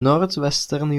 northwestern